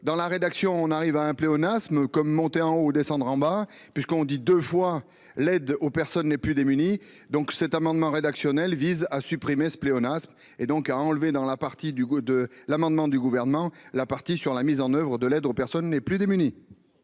dans la rédaction on arrive à un pléonasme comme monter en haut descendre en bas puisqu'on dit deux fois l'aide aux personnes les plus démunies. Donc cet amendement rédactionnel vise à supprimer ce pléonasme. Et donc a enlevé dans la partie du goût de l'amendement du gouvernement la partie sur la mise en oeuvre de l'aide aux personnes les plus démunies.--